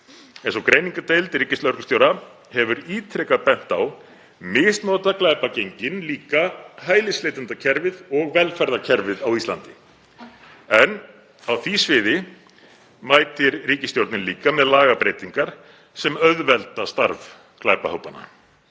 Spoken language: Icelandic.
Eins og greiningardeild ríkislögreglustjóra hefur ítrekað bent á misnota glæpagengin líka hælisleitendakerfið og velferðarkerfið á Íslandi. En á því sviði mætir ríkisstjórnin líka með lagabreytingar sem auðvelda starf glæpahópanna.